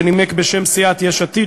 שנימק בשם סיעת יש עתיד.